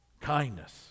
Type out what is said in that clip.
kindness